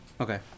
Okay